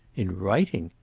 in writing?